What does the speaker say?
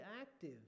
active